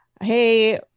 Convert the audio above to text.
Hey